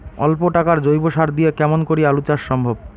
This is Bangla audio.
অল্প টাকার জৈব সার দিয়া কেমন করি আলু চাষ সম্ভব?